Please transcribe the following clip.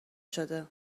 شده